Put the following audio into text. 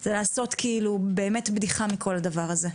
זה לעשות כאילו באמת בדיחה מכל הדבר הזה.